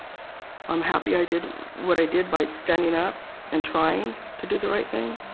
i'm happy i did what i did by standing up and trying to do the right thing